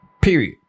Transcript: period